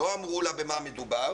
הם לא אמרו לה במה מדובר